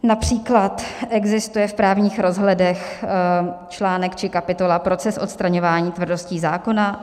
Například existuje v Právních rozhledech článek či kapitola Proces odstraňování tvrdostí zákona.